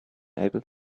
able